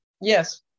Yes